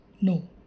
No